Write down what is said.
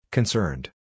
Concerned